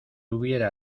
hubiera